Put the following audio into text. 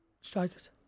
Strikers